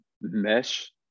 mesh